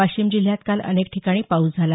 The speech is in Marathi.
वाशिम जिल्ह्यात काल अनेक ठिकाणी पाऊस झाला